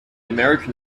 american